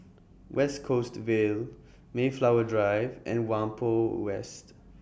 West Coast Vale Mayflower Drive and Whampoa West